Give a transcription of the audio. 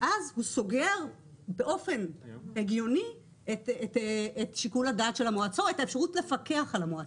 ואז הוא סוגר באופן הגיוני את האפשרות לפקח על המועצה,